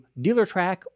DealerTrack